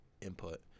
input